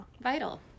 Vital